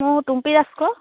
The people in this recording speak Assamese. মোৰ টুম্পী ৰাজখোৱা